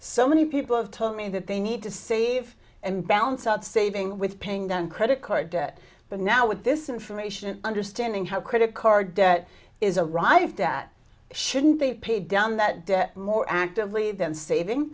so many people have told me that they need to save and balance out saving with paying down credit card debt but now with this information understanding how credit card debt is a arrived at shouldn't they pay down that debt more actively than saving